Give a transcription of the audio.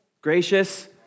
gracious